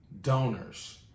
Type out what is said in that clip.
donors